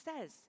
says